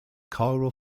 chiral